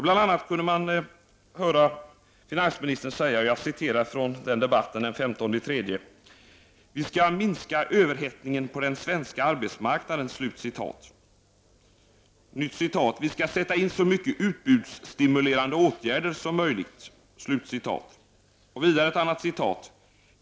Bl.a. kunde man höra finansministern säga i debatten den 15 mars: ”Vi måste minska överhettningen på arbetsmarknaden. Vi skall sätta in så mycket utbudsstimulerande åtgärder som möjligt ———.